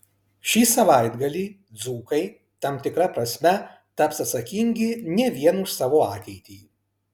šį savaitgalį dzūkai tam tikra prasme taps atsakingi ne vien už savo ateitį